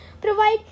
provide